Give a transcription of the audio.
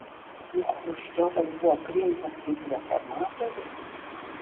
juk chruščiovas buvo priimtas kaip reformatorius